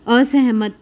ਅਸਹਿਮਤ